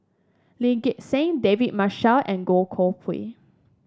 Lee Gek Seng David Marshall and Goh Koh Pui